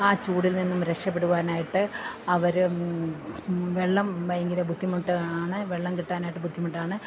ആ ചൂടിൽ നിന്നും രക്ഷപെടുവാനായിട്ട് അവർ വെള്ളം ഭയങ്കര ബുദ്ധിമുട്ടാണ് വെള്ളം കിട്ടാനായിട്ട് ബുദ്ധിമുട്ടാണ്